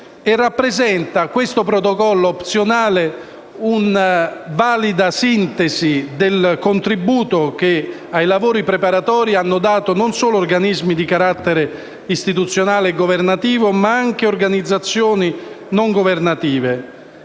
mossi. Tale Protocollo opzionale rappresenta una valida sintesi del contributo che ai lavori preparatori hanno dato non solo organismi di carattere istituzionale e governativo, ma anche organizzazioni non governative.